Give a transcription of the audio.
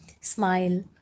smile